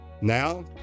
Now